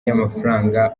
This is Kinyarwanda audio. y’amafaranga